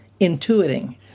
intuiting